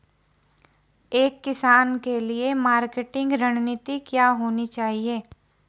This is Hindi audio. एक किसान के लिए मार्केटिंग रणनीति क्या होनी चाहिए?